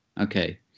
okay